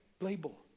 label